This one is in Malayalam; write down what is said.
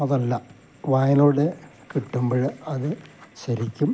അതല്ല വായനയിലൂടെ കിട്ടുമ്പോൾ അത് ശരിക്കും